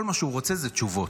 כל מה שהוא רוצה זה תשובות.